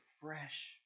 fresh